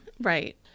Right